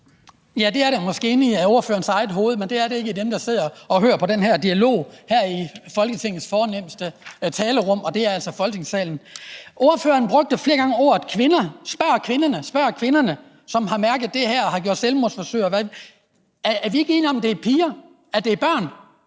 det er der måske inde i ordførerens eget hoved, men det er der ikke hos dem, der sidder og hører på den her dialog her i Folketingets fornemste talerum, og det er altså Folketingssalen. Ordføreren brugte flere gange ordet kvinder: Spørg kvinderne, spørg kvinderne, som har mærket det er her, og har forsøgt at begå selvmord, og hvad ved jeg. Er vi ikke enige om, at det er piger, at det er børn?